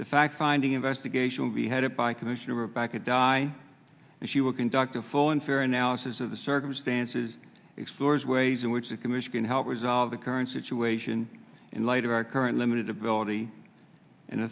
the fact finding investigation will be headed by commissioner back at di and she will conduct a full and fair analysis of the circumstances explores ways in which we can which can help resolve the current situation in light of our current limited ability and